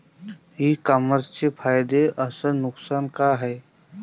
इ कामर्सचे फायदे अस नुकसान का हाये